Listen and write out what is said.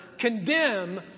condemn